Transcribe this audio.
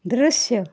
दृस्य